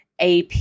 AP